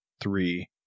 three